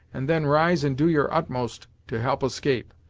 and then rise and do your utmost to help escape.